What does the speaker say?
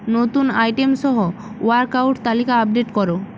নতুন আইটেম সহ workout তালিকা আপডেট করো